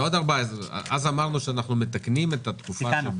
אמרנו שאנחנו מתקנים את התקופה.